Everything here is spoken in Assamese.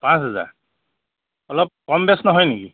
পাঁচ হাজাৰ অলপ কম বেছ নহয় নেকি